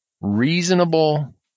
reasonable